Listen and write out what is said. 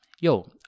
yo